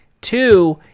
Two